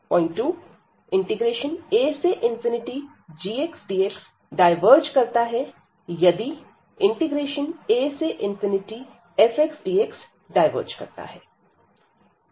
agxdx diverge करता है यदि afxdx डायवर्ज करता है